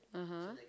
(uh huh)